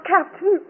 Captain